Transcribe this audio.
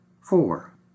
Four